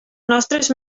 nostres